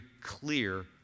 clear